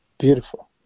Beautiful